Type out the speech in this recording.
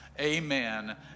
Amen